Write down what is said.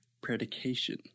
predication